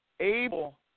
able